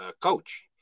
coach